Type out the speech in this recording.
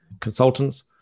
consultants